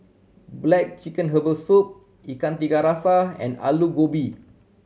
black chicken herbal soup Ikan Tiga Rasa and Aloo Gobi